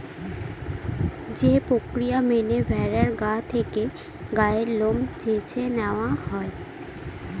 যে প্রক্রিয়া মেনে ভেড়ার গা থেকে গায়ের লোম চেঁছে নেওয়া হয়